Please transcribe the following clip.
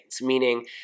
meaning